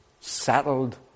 settled